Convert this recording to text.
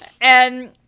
And-